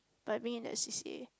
by being in that C_C_A